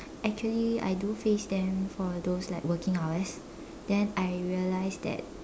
actually I do face them for those like working hours then I realised that